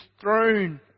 throne